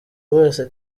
wese